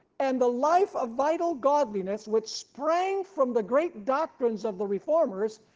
and the life of vital godliness which sprang from the great doctrines of the reformers,